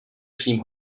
svým